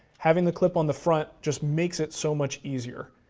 having the clip on the front just makes it so much easier.